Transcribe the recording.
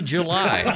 July